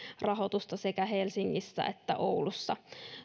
rahoitusta sekä helsingissä että oulussa